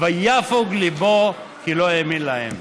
"ויפָג לבו כי לא האמין להם".